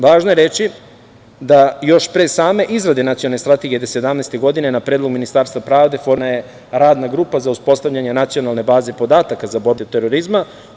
Važno je reći da još pre same izrade Nacionalne strategije 2017. godine na predlog Ministarstva pravde formirana je radna grupa za uspostavljanje nacionalne baze podataka za borbu protiv terorizma.